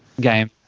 game